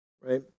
right